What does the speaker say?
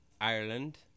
Ireland